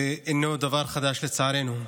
ואינו דבר חדש, לצערנו.